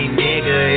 nigga